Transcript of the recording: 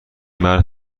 مرد